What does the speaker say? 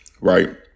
Right